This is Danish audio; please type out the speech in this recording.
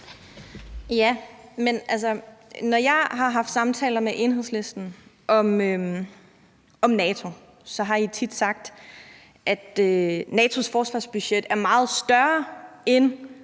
når jeg har haft samtaler med Enhedslisten om NATO, har I tit sagt, at NATO's forsvarsbudget er meget større end